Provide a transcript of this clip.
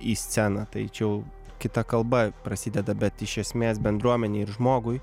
į sceną tai čia jau kita kalba prasideda bet iš esmės bendruomenei ir žmogui